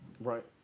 Right